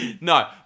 No